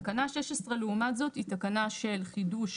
תקנה 16 לעומת זאת, היא תקנה של חידוש